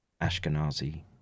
Ashkenazi